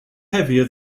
heavier